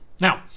now